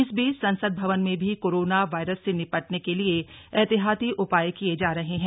इस बीच संसद भवन में भी कोरोना वायरस से निपटने के लिए एहतियाती उपाय किये जा रहे हैं